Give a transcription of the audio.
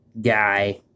guy